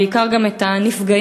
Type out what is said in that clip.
בעיקר גם את הנפגעים,